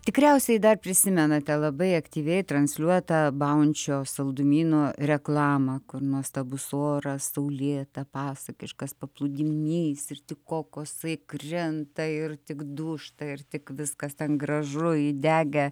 tikriausiai dar prisimenate labai aktyviai transliuotą baunčio saldumynų reklamą kur nuostabus oras saulėta pasakiškas paplūdimys ir tik kokosai krenta ir tik dūžta ir tik viskas ten gražu įdegę